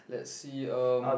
let's see um